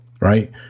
right